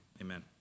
amen